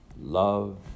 love